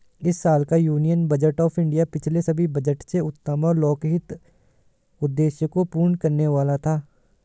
इस साल का यूनियन बजट ऑफ़ इंडिया पिछले सभी बजट से उत्तम और लोकहित उद्देश्य को पूर्ण करने वाला था